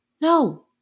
No